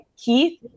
Keith